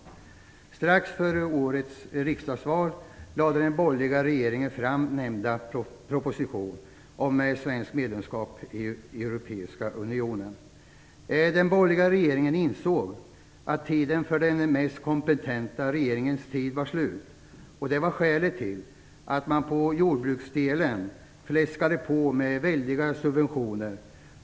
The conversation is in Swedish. Strax före årets riksdagsval lade den borgerliga regeringen fram nämnda proposition om Sveriges medlemskap i Europeiska unionen. Den borgerliga regeringen insåg att tiden för den mest kompetenta regeringens tid var slut. Det var skälet till att man vad gäller jordbruksdelen "fläskade" på med väldiga subventioner.